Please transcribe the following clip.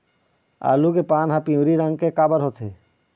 आलू के पान हर पिवरी रंग के काबर होथे?